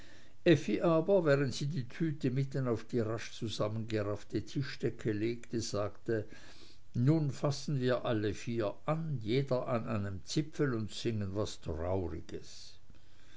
aber während sie die tüte mitten auf die rasch zusammengeraffte tischdecke legte sagte nun fassen wir alle vier an jeder an einem zipfel und singen was trauriges